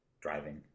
driving